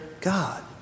God